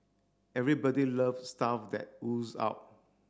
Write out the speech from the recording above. everybody loves stuff that ooze out